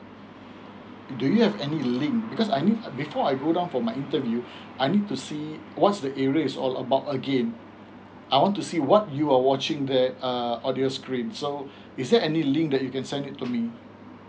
do you have any link because I need before I go down for my interview I need to see what's the area is all about again I want to see what you are watching there uh audio screen so is there any link that you can send it to me